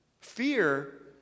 fear